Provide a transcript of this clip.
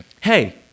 Hey